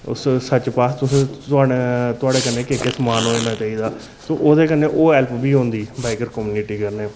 उस सच पाथ थुआढ़े कन्नै केह् केह् समान होना चाहिदा ते ओह्दे कन्नै ओह् हैल्प बी होंदी बाइकर कम्युनिटी कन्नै